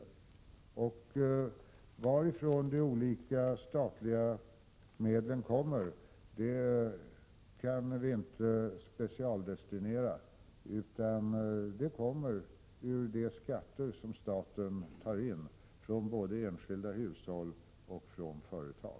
Vi kan inte ”specialdestinera” varifrån de olika statliga medlen kommer. De kommer från skatter som staten tar in både från enskilda hushåll och från företag.